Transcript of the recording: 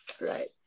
Right